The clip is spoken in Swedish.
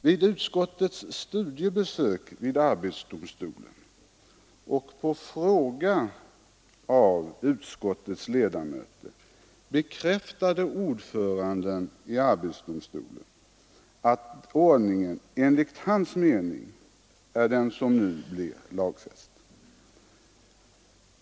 Vid utskottets studiebesök hos arbetsdomstolen och på fråga av utskottets ledamöter bekräftade ordföranden i arbetsdomstolen att arbetsordningen, enligt hans mening, är den som nu blir lagfäst.